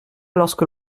lorsque